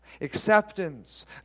acceptance